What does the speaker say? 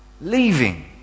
Leaving